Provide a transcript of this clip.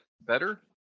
better